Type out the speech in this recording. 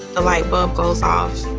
the light bulb goes off.